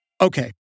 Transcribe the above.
Okay